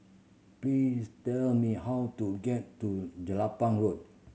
please tell me how to get to Jelapang Road